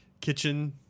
kitchen